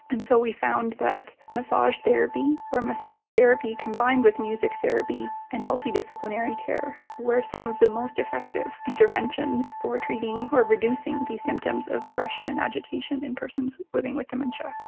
and so we found that massage therapy or massage therapy combined with music therapy and multidisciplinary care were some of the most effective interventions for treating or reducing these symptoms of aggression and agitation in persons living with dementia.